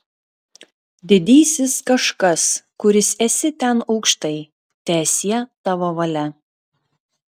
didysis kažkas kuris esi ten aukštai teesie tavo valia